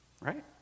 right